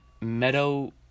Meadow